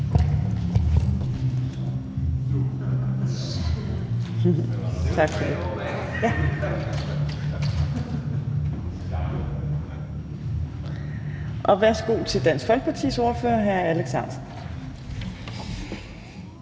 Trane Nørby. Og værsgo til Dansk Folkepartis ordfører hr. Alex